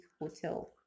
hotel